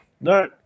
No